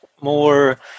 more